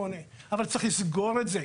אבל צריך לסגור את זה.